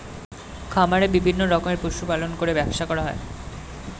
খামারে বিভিন্ন রকমের পশু পালন করে ব্যবসা করা হয়